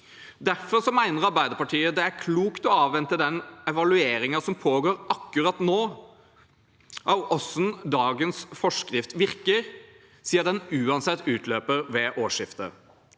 Derfor mener Arbeiderpartiet det er klokt å avvente den evalueringen som pågår akkurat nå av hvordan dagens forskrift virker, siden den uansett utløper ved årsskiftet.